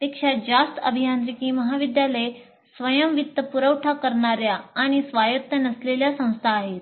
पेक्षा जास्त अभियांत्रिकी महाविद्यालये स्वयं वित्तपुरवठा करणार्या आणि स्वायत्त नसलेल्या संस्था आहेत